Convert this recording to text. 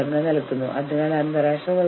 സംഘടനയുടെ ഏതാനും പ്രതിനിധികളുണ്ട്